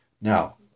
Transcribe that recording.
Now